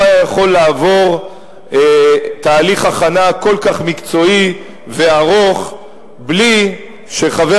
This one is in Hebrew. לא היה יכול לעבור תהליך הכנה כל כך מקצועי וארוך בלי שחבר